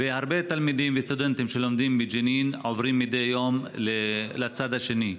והרבה תלמידים וסטודנטים שלומדים בג'נין עוברים מדי יום לצד השני.